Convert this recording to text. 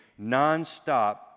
nonstop